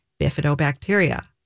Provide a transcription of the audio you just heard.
bifidobacteria